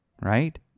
right